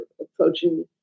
approaching